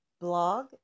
blog